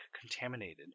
contaminated